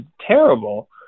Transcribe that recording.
terrible